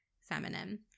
feminine